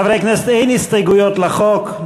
חברי הכנסת, אין הסתייגויות לחוק.